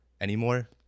anymore